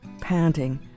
panting